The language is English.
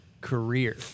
career